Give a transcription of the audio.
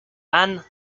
anne